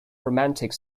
romantic